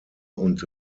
und